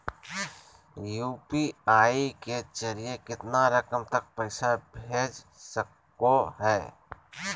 UPI के जरिए कितना रकम तक पैसा भेज सको है?